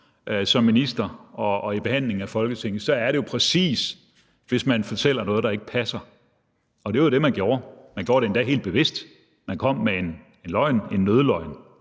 som minister og i behandlingen af Folketinget, er det jo præcis, hvis man fortæller noget, der ikke passer – og det var det, man gjorde. Man gjorde det endda helt bevidst. Man kom med en løgn, en nødløgn.